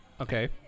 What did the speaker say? Okay